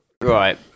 right